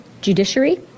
judiciary